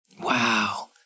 Wow